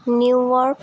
new work